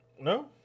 No